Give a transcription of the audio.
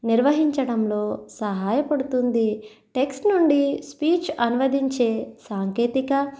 నిర్వహించడంలో సహాయపడుతుంది టెక్స్ట్ నుండి స్పీచ్ అనువదించే సాంకేతిక